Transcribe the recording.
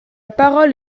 parole